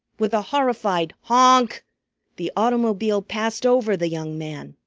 with a horrified honk the automobile passed over the young man,